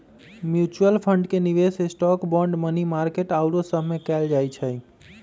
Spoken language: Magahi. म्यूच्यूअल फंड के निवेश स्टॉक, बांड, मनी मार्केट आउरो सभमें कएल जाइ छइ